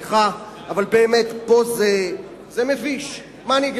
זה פשוט מביש.